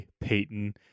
Peyton